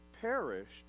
perished